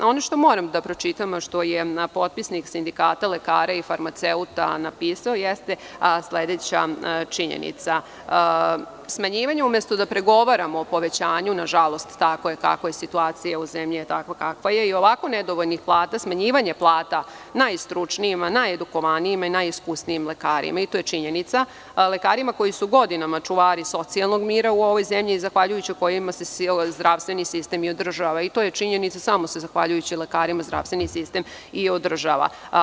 Ono što moram da pročitam, a što je potpisnik sindikata, lekara i farmaceuta napisao jeste sledeća činjenica – smanjivanje, umesto da pregovaramo o povećanju, na žalost, takva je kakva je situacija u zemlji, i ovako nedovoljnih plata, smanjivanje plata najstručnijima, najedukovanijima i najiskunijim lekarima i to je činjenica, lekarima koji su godinama čuvari socijalnog mira u ovoj zemlji i zahvaljujući kojima se zdravstveni sistem i održava i to je činjenica, jer samo se zahvaljujući lekarima zdravstveni sistem i održava.